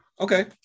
Okay